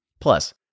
Plus